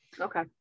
Okay